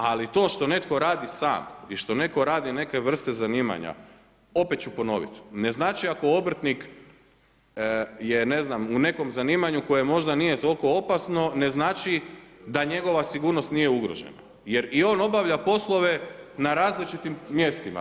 Ali to što netko radi sam i što netko radi neke vrste zanimanja, opet ću ponovit, ne znači ako obrtnih je u nekom zanimanju koje možda nije toliko opasno, ne znači da njegova sigurnost nije ugrožena jer i on obavlja poslove na različitim mjestima.